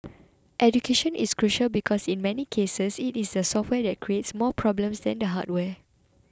education is crucial because in many cases it is the software that creates more problems than the hardware